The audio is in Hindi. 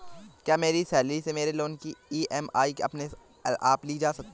क्या मेरी सैलरी से मेरे लोंन की ई.एम.आई अपने आप ली जा सकती है?